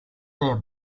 there